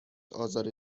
آزار